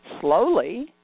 slowly